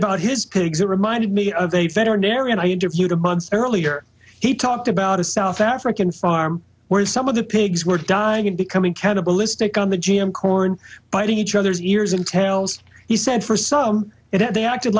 about his pigs it reminded me of a veterinarian i interviewed a month earlier he talked about a south african farm where some of the pigs were dying and becoming cannibalistic on the g m corn biting each other's ears and tails he said for some it had they acted